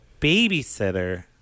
babysitter